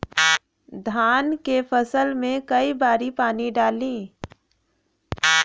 धान के फसल मे कई बारी पानी डाली?